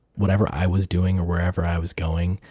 whatever i was doing or wherever i was going,